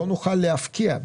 לא נוכל להפקיע.